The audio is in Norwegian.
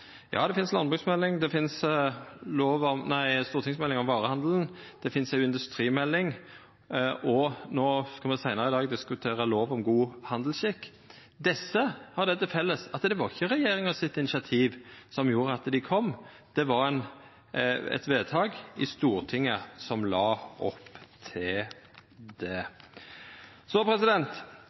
Ja, det finst ei landbruksmelding, det finst ei stortingsmelding om varehandelen, det finst ei industrimelding, og me skal seinare i dag diskutera lov om god handelsskikk. Desse har det til felles at det ikkje var initiativ frå regjeringa som gjorde at dei kom, det var eit vedtak i Stortinget som la opp til det.